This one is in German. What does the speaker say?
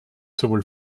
sowohl